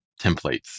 templates